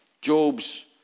Job's